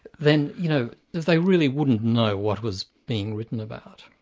then you know they really wouldn't know what was being written about.